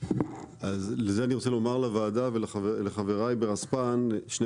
אני רוצה לומר לוועדה ולחברי ברספ"נ שני